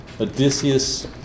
Odysseus